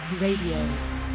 Radio